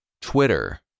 Twitter